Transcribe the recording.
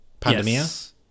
Pandemia